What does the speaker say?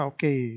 Okay